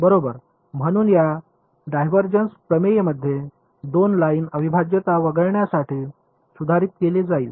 बरोबर म्हणून या डायव्हर्जन्स प्रमेयमध्ये 2 लाइन अविभाज्यता वगळण्यासाठी सुधारित केले जाईल